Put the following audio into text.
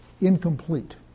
incomplete